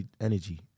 Energy